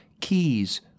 keys